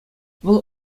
вӑл